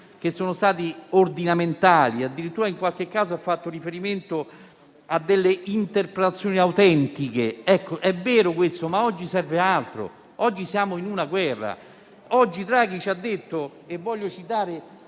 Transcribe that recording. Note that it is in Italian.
emendamenti ordinamentali. Addirittura in qualche caso ha fatto riferimento a delle interpretazioni autentiche. È vero questo, ma oggi serve altro, oggi siamo in guerra. Oggi Draghi ci ha detto - voglio citare